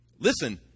Listen